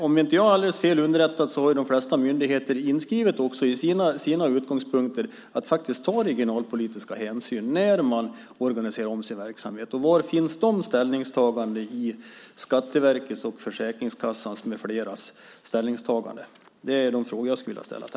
Om inte jag är alldeles fel underrättad har de flesta myndigheter inskrivet i sina utgångspunkter att ta regionalpolitiska hänsyn när de organiserar om sin verksamhet. Var finns de ställningstagandena i Skatteverkets och Försäkringskassans med fleras ställningstaganden? Detta är de frågor jag vill ställa.